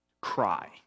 cry